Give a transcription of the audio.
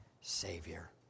Savior